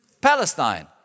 Palestine